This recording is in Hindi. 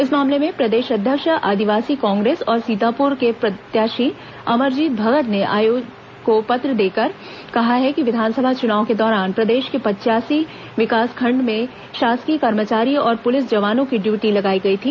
इस मामले में प्रदेश अध्यक्ष आदिवासी कांग्रेस और सीतापुर के प्रत्याशी अमरजीत भगत ने आयोग को पत्र देकर कहा है कि विधानसभा चुनाव के दौरान प्रदेश के पचयासी विकासखंडो में शासकीय कर्मचारी और पुलिस जवानों की ड्यूटी लगाई गई थी